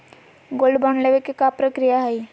Gold bond लेवे के का प्रक्रिया हई?